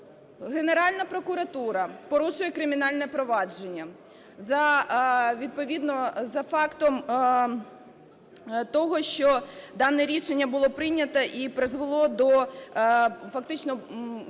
Генеральна прокуратура порушує кримінальне провадження за... відповідно за фактом того, що дане рішення було прийнято і призвело до фактично